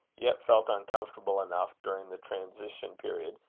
yet felt uncomfortable enough, during the transition period,